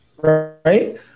Right